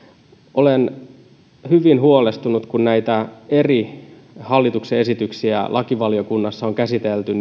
olen hyvin huolestunut siitä kun näitä eri hallituksen esityksiä lakivaliokunnassa on käsitelty